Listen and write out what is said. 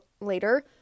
later